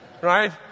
Right